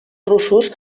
russos